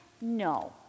No